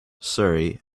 surrey